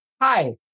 hi